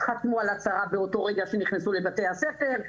חתמו על הצהרה באותו רגע שנכנסו לבתי הספר,